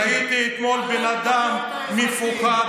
ראיתי אתמול בן אדם מפוחד,